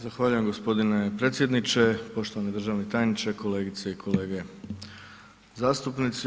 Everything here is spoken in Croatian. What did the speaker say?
Zahvaljujem, g. predsjedniče, poštovani državni tajniče, kolegice i kolege zastupnici.